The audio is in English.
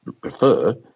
prefer